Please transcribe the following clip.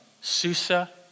Susa